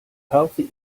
healthy